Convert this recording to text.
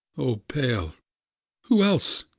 o, pale who else?